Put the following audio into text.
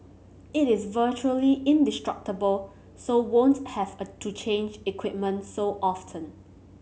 it is virtually indestructible so won't have to change equipment so often